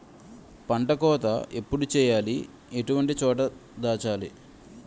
పంట కోత ఎప్పుడు చేయాలి? ఎటువంటి చోట దాచాలి?